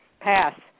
pass